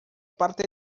parte